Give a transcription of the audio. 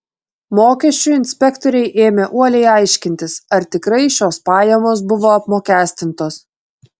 mokesčių inspektoriai ėmė uoliai aiškintis ar tikrai šios pajamos buvo apmokestintos